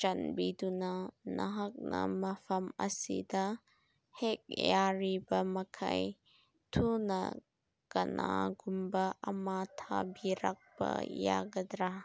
ꯆꯥꯟꯕꯤꯗꯨꯅ ꯅꯍꯥꯛꯅ ꯃꯐꯝ ꯑꯁꯤꯗ ꯍꯦꯛ ꯌꯥꯔꯤꯕꯃꯈꯩ ꯊꯨꯅ ꯀꯅꯥꯒꯨꯝꯕ ꯑꯃ ꯊꯥꯕꯤꯔꯛꯄ ꯌꯥꯒꯗ꯭ꯔꯥ